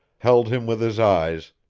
held him with his eyes,